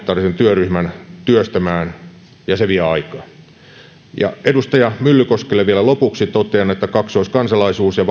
työryhmän työstämään sitä ja se vie aikaa edustaja myllykoskelle vielä lopuksi totean että kaksoiskansalaisuus ja